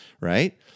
right